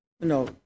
no